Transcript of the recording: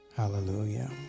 Hallelujah